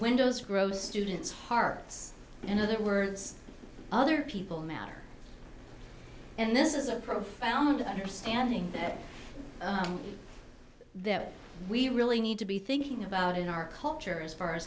windows grow students hearts in other words other people matter and this is a profound understanding that we really need to be thinking about in our culture as far as